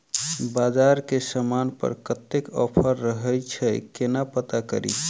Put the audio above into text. बजार मे केँ समान पर कत्ते ऑफर रहय छै केना पत्ता कड़ी?